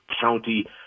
county